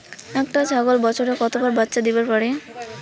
একটা ছাগল বছরে কতবার বাচ্চা দিবার পারে?